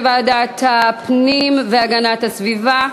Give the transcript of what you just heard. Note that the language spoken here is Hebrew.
לוועדת הפנים והגנת הסביבה.